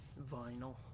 Vinyl